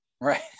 right